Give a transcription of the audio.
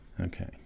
Okay